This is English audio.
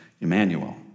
Emmanuel